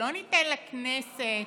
לא ניתן לכנסת